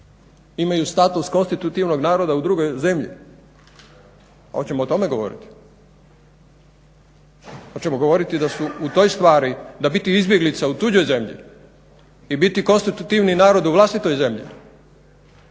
imaju status konstitutivnog naroda u drugoj zemlji, hoćemo o tome govoriti? Hoćemo govoriti da su u toj stvari da biti izbjeglice u tuđoj zemlji i biti konstitutivni narod u vlastitoj zemlji